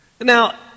Now